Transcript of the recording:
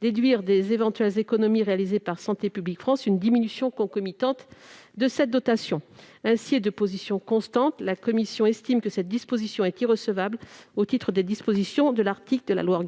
déduire des éventuelles économies réalisées par Santé publique France une diminution concomitante de cette dotation. Ainsi, et de position constante, la commission estime que cette mesure est irrecevable au titre de l'article LO.